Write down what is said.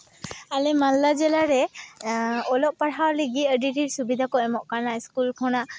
ᱟᱞᱮ ᱢᱟᱞᱫᱟ ᱡᱮᱞᱟ ᱨᱮ ᱚᱞᱚᱜ ᱯᱟᱲᱦᱟᱣ ᱞᱟᱹᱜᱤᱫ ᱟᱹᱰᱤ ᱰᱷᱮᱨ ᱥᱩᱵᱤᱫᱷᱟ ᱠᱚ ᱮᱢᱚᱜ ᱠᱟᱱᱟ ᱥᱠᱩᱞ ᱠᱷᱚᱱᱟᱜ